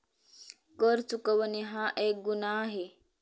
कर चुकवणे हा एक गुन्हा आहे